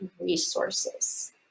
resources